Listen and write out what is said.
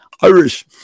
Irish